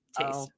taste